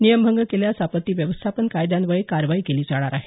नियमभंग केल्यास आपत्ती व्यवस्थापन कायद्यान्वये कारवाई केली जाणार आहे